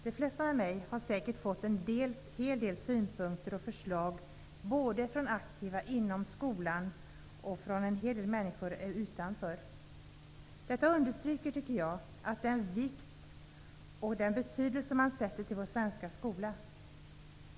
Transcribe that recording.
De flesta med mig har säkerligen fått en hel del synpunkter och förslag från både aktiva inom skolan och från en hel del människor utanför. Detta understryker, tycker jag, den vikt och den betydelse man sätter på vår svenska skola.